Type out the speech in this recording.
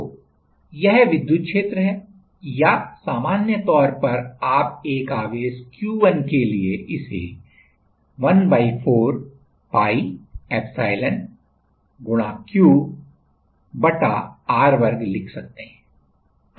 तोयह विद्युत क्षेत्र है या सामान्य तौर पर आप एक आवेश Q1 के लिए इसे ¼ pi epsilon Q r2 लिख सकते हैं